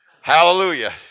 hallelujah